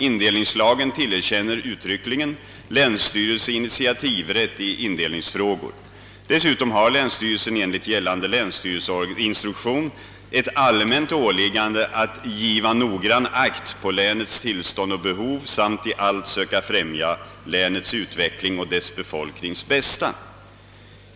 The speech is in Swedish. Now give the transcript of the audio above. Indelningslagen tillerkänner uttryckligen länsstyrelse initiativrätt i indelningsfrågor. Dessutom har länsstyrelsen enligt gällande länsstyrelseinstruktion ett allmänt åliggande »att giva noggrann akt på länets tillstånd och behov samt i allt söka främja länets utveckling och dess befolknings bästa».